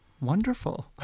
Wonderful